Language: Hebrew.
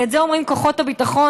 ואת זה אומרים כוחות הביטחון.